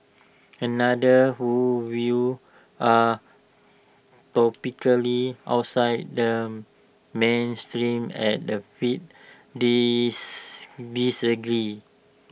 another who views are topically outside the mainstream at the fed disagreed